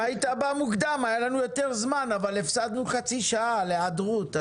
אם היית בא מוקדם אז היה לנו יותר זמן אבל הפסדנו חצי שעה על היעדרותך.